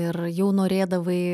ir jau norėdavai